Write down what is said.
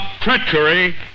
treachery